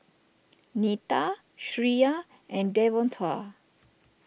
Neta Shreya and Devontae